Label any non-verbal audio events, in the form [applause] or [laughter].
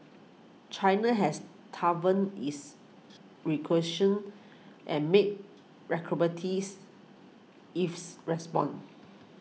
China has toughened its [unintelligible] and made [unintelligible] eaves response